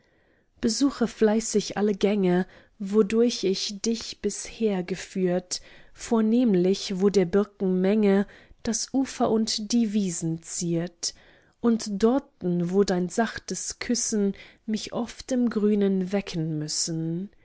besuche fleißig alle gänge wodurch ich dich bisher geführt vornehmlich wo der birken menge das ufer und die wiesen ziert und dorten wo dein sachtes küssen mich oft im grünen wecken müssen